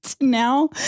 now